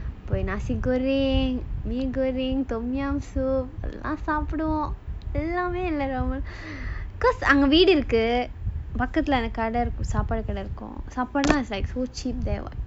nasi goreng mee goreng tom yam soup எல்லாம் சாப்பிடுவோம்:ellaam saapiduvom because அங்க வீடு இருக்கு பக்கத்துல கடை இருக்கு சாப்பாடு கடை இருக்கும் சாப்பாடுனா:andha veedu irukku pakkathula kadai irukku saapaadu kadai irukkum saapaadunaa supper is like so cheap there [what]